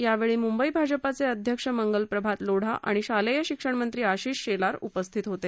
यावेळी मुंबई भाजपाचे अध्यक्ष मंगलप्रभात लोढा आणि शालेय शिक्षण मंत्री आशिष शेलार त्यांच्यासोबत होते